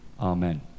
Amen